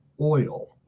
oil